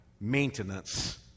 maintenance